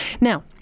Now